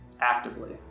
actively